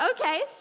okay